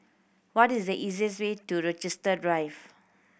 what is the easiest way to Rochester Drive